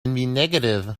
negative